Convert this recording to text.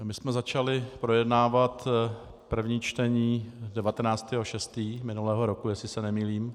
My jsme začali projednávat první čtení 19. 6. minulého roku, jestli se nemýlím.